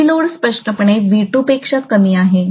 VLoad स्पष्टपणे V2 पेक्षा कमी आहे